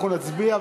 אנחנו נצביע.